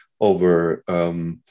over